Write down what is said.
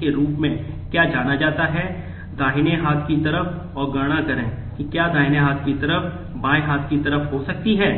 के रूप में क्या जाना जाता है दाहिने हाथ की तरफ और गणना करें कि क्या दाहिने हाथ की तरफ बाएं हाथ की तरफ हो सकती है